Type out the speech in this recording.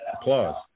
applause